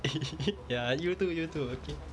ya you too you too okay